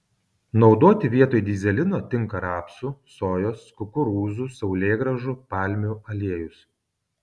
naudoti vietoj dyzelino tinka rapsų sojos kukurūzų saulėgrąžų palmių aliejus